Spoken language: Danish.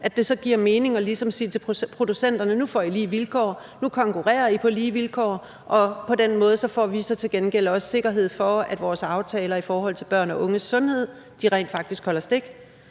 så giver mening ligesom at sige til producenterne: Nu får I lige vilkår; nu konkurrerer I på lige vilkår. På den måde får vi så til gengæld også sikkerhed for, at vores aftaler i forhold til børns og unges sundhed rent faktisk holder stik.